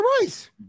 Rice